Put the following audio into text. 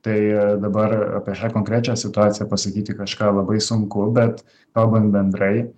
tai dabar apie šią konkrečią situaciją pasakyti kažką labai sunku bet kalbant bendrai